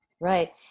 right